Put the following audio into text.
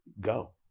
go